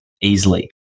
easily